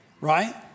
right